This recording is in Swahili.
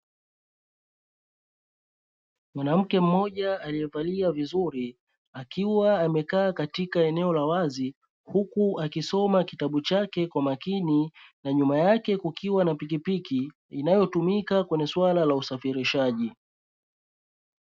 Mwanamke mmoja aliyevalia vizuri, akiwa amekaa katika eneo la wazi huku akisoma kitabu chake kwa makini, na nyuma yake kukiwa na pikipiki inayotumika kwenye suala la usafirishaji.